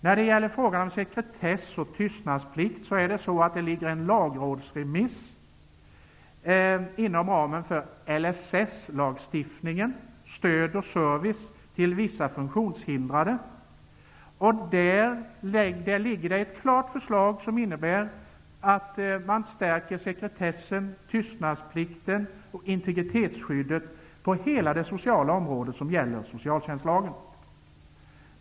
När det gäller frågan om sekretess och tystnadsplikt ligger det en lagrådsremiss inom ramen för LSS, lagen om stöd och service till vissa funktionshindrade. Ett färdigt förslag är framlagt som innebär att sekretessen stärks och att tystnadsplikt och integritetsskydd införs på hela det sociala området som omfattas av socialtjänstlagen.